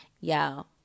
Y'all